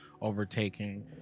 overtaking